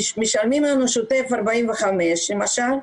כי משלמים לנו שוטף פלוס 45 למשל,